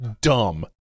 Dumb